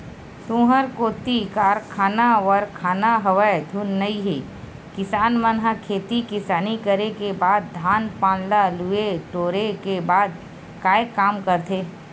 तुँहर कोती कारखाना वरखाना हवय धुन नइ हे किसान मन ह खेती किसानी करे के बाद धान पान ल लुए टोरे के बाद काय काम करथे?